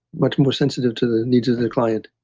much more sensitive to the needs of the client